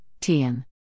Tian